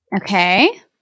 Okay